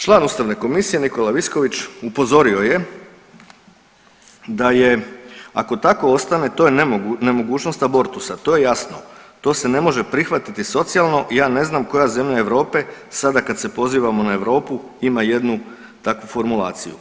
Član ustavne komisije Nikola Visković upozorio je da je ako tako ostane to je nemogućnost abortusa, to je jasno, to se ne može prihvatiti socijalno i ja ne znam koja zemlja Europe sada kad se pozivamo na Europu ima jednu takvu formulaciju.